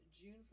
June